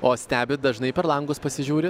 o stebit dažnai per langus pasižiūri